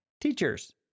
Teachers